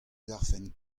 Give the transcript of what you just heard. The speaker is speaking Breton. garfen